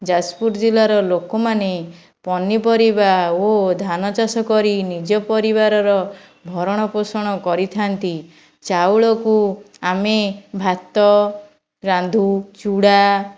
ଯାଜପୁର ଜିଲ୍ଲାର ଲୋକମାନେ ପନିପରିବା ଓ ଧାନ ଚାଷ କରି ନିଜ ପରିବାରର ଭରଣପୋଷଣ କରିଥାନ୍ତି ଚାଉଳକୁ ଆମେ ଭାତ ରାନ୍ଧୁ ଚୁଡ଼ା